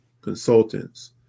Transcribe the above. consultants